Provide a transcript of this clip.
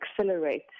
accelerate